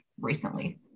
recently